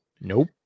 Nope